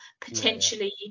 potentially